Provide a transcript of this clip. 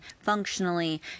functionally